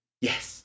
Yes